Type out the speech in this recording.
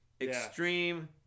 extreme